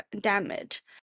damage